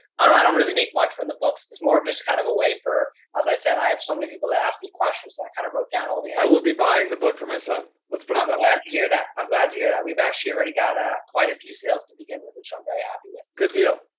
ah i don't really make much from the books. it's more of just kind of a way for, as i said, i have so many people that ask me questions that i kind of wrote down all the answers. we'll be buying the book for my son. let's put um up here that i'm glad to hear that we've actually already got a quite a few sales to begin with, which i'm very happy with. good deal.